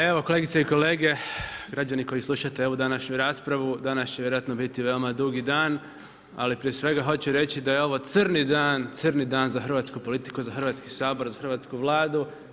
Evo, kolegice i kolege, građani koji slušate ovu današnju raspravu, danas će vjerojatno biti veoma dugi dan, ali prije svega hoću reći da je ovo crni dan, crni dan za hrvatsku politiku, za Hrvatski sabor, za hrvatsku Vladu.